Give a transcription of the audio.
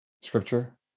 Scripture